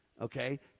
okay